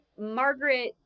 Margaret